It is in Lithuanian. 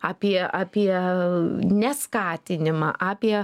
apie apie neskatinimą apie